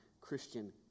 Christian